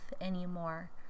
anymore